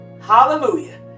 Hallelujah